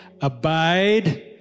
abide